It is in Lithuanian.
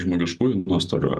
žmogiškųjų nuostolių